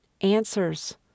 answers